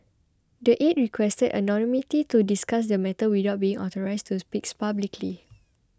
the aide requested anonymity to discuss the matter without being authorised to speak publicly